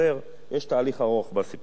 יש תהליך ארוך בסיפור הזה.